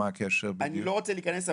אני לא רוצה להיכנס,